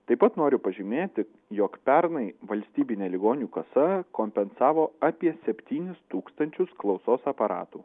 taip pat noriu pažymėti jog pernai valstybinė ligonių kasa kompensavo apie septynis tūkstančius klausos aparatų